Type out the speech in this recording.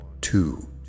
Two